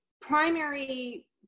primary